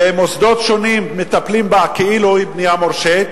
ומוסדות שונים מטפלים בה כאילו היא בנייה מורשית,